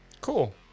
Cool